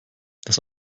dass